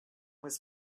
was